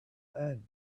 end